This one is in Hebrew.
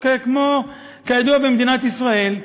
כידוע במדינת ישראל,